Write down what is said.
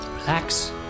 relax